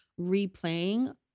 replaying